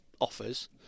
offers